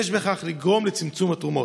ויש בכך לגרום לצמצום התרומות.